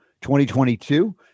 2022